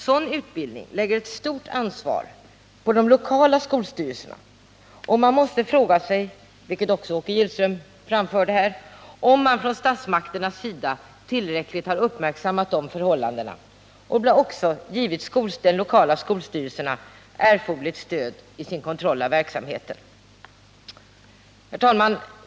Sådan utbildning lägger ett stort ansvar på de lokala skolstyrelserna, och man måste fråga sig — det framförde också Åke Gillström — om man från statsmakternas sida tillräckligt har uppmärksammat dessa förhållanden och givit de lokala skolstyrelserna erforderligt stöd i deras kontroll av verksamheten? Herr talman!